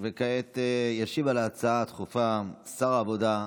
כעת ישיב על ההצעה הדחופה שר העבודה,